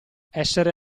essere